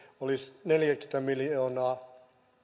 olisi neljäkymmentä miljoonaa